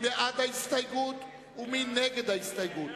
מי בעד ההסתייגות ומי נגד ההסתייגות?